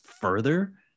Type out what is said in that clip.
further